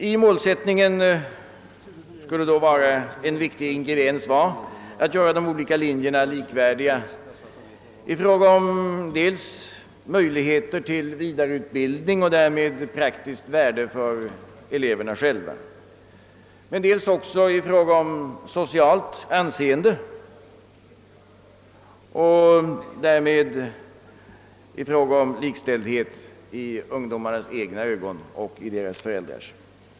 I målsättningen skulle då en viktig ingrediens vara att göra de olika linjerna likvärdiga i fråga om dels möjligheter till vidareutbildning och därmed praktiskt värde för eleverna själva, dels också i fråga om socialt anseende och därmed likställdhet både i ungdomarnas egna ögon och i deras föräldrars.